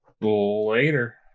Later